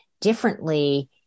differently